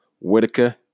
Whitaker